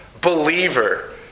Believer